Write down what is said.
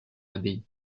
abbaye